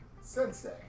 Sensei